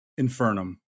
Infernum